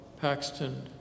Paxton